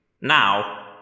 Now